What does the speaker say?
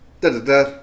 Da-da-da